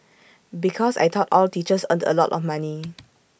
because I thought all teachers earned A lot of money